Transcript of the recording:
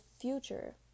future